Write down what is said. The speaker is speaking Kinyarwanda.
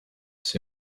ese